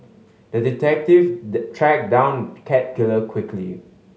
the detective tracked down cat killer quickly